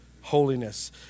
Holiness